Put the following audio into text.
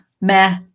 meh